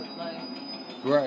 right